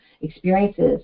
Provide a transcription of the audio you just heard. experiences